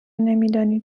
نمیدانی